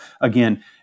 again